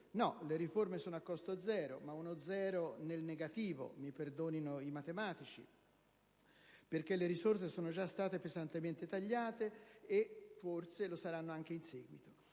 No, le riforme sono a costo zero, ma uno zero... nel negativo - mi perdonino i matematici - perché le risorse sono già state pesantemente tagliate e forse lo saranno anche in seguito.